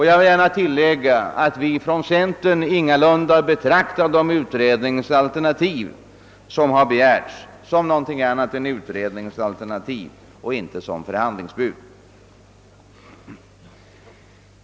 Jag vill gärna tillägga att vi i centern ingalunda betraktar de begärda utredningsalternativen som någonting annat än just utredningsalternativ — det är inte fråga om några förhandlingsbud.